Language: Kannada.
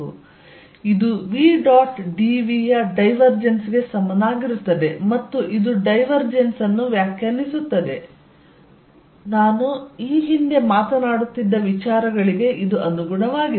ಇದು v ಡಾಟ್ dV ಯ ಡೈವರ್ಜೆನ್ಸ್ ಗೆ ಸಮನಾಗಿರುತ್ತದೆ ಮತ್ತು ಇದು ಡೈವರ್ಜೆನ್ಸ್ ಅನ್ನು ವ್ಯಾಖ್ಯಾನಿಸುತ್ತದೆ ನಾನು ಈ ಹಿಂದೆ ಮಾತನಾಡುತ್ತಿದ್ದ ವಿಚಾರಗಳಿಗೆ ಇದು ಅನುಗುಣವಾಗಿದೆ